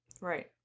right